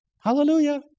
Hallelujah